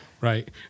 Right